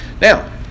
now